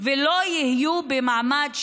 ולא יהיו במעמד שוויוני,